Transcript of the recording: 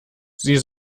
sie